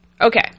Okay